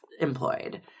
employed